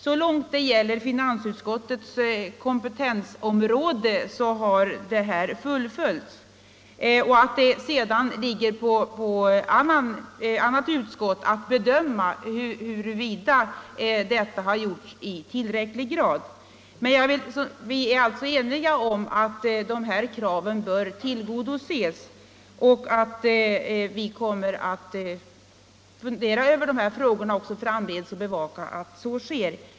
Så långt det gäller finansutskottets kompetensområde har detta krav fullföljts, och det åligger sedan andra utskott att bedöma huruvida detta har gjorts i tillräcklig grad. Men vi är alltså eniga om att dessa krav bör tillgodoses, och vi kommer att fundera över de här frågorna också framdeles och bevaka att så sker.